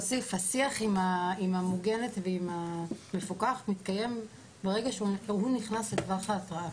השיח עם המוגנת ועם המפוקח מתקיים ברגע שהוא נכנס לטווח האתראה.